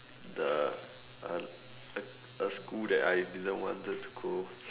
the uh a school that I didn't wanted to go